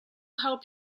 help